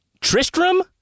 Tristram